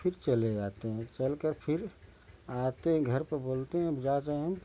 फिर चले जाते हैं चलकर फिर आते हैं घर पर बोलते हैं राजे हैं पर बोलते हैं जाते हैं जब आते हैं